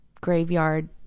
graveyard